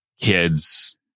kids